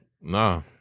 Nah